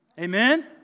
Amen